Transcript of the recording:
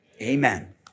Amen